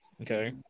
okay